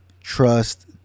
Trust